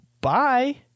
bye